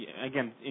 again